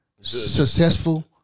successful